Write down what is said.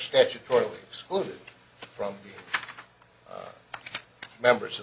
statutory excluded from members